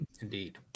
indeed